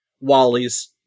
Wally's